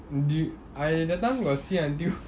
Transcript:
do~ I that time got see until